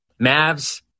Mavs